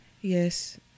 Yes